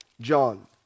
John